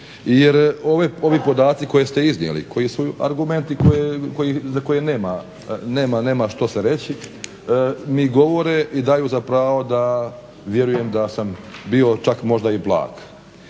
jer ovi podaci koje ste iznijeli koji su argumenti za koje nema što se reći mi govore i daju za pravo da vjerujem da sam bio čak možda i blag.